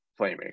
playmaker